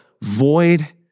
void